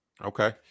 okay